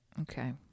Okay